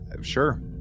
Sure